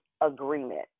agreement